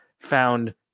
found